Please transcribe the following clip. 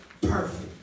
perfect